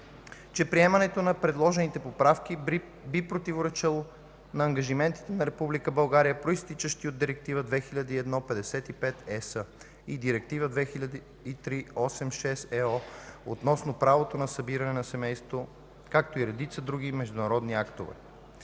че приемането на предложените поправки би противоречало на ангажиментите на Република България, произтичащи от Директива 2001/55/ЕС и Директива 2003/86/ЕО относно правото на събиране на семейството, както и от редица други международноправни актове.